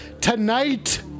Tonight